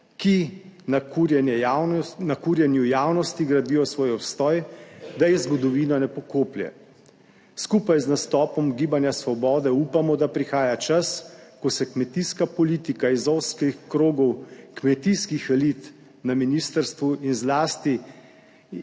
ki na kurjenju javnosti gradijo svoj obstoj, da je zgodovina ne pokoplje. Skupaj z nastopom Gibanja Svobode upamo, da prihaja čas, ko se kmetijska politika iz ozkih krogov kmetijskih elit na ministrstvu in zlasti